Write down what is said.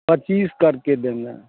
पच्चीस करके देंगे